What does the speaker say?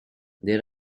there